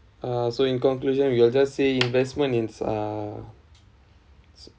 uh so in conclusion we are just say investment means uh